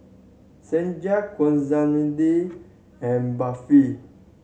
and Barfi